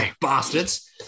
bastards